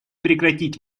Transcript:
прекратить